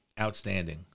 outstanding